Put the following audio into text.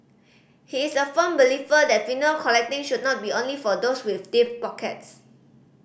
he is a firm believer that vinyl collecting should not be only for those with deep pockets